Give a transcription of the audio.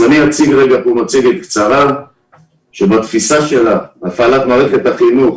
אציג מצגת קצרה שבתפיסה שלה הפעלת מערכת החינוך